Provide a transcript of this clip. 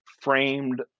framed